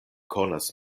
konas